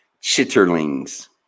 chitterlings